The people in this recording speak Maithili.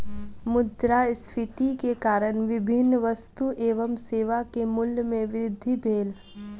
मुद्रास्फीति के कारण विभिन्न वस्तु एवं सेवा के मूल्य में वृद्धि भेल